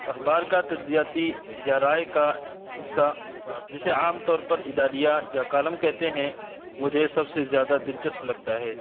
اخبار کا تجزیاتی یا رائے کا حصہ جسے عام طور پر اداریہ یا کالم کہتے ہیں مجھے سب سے زیادہ دلچسپ لگتا ہے